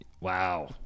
Wow